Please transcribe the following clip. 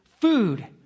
food